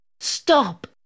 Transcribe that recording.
Stop